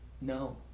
No